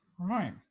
right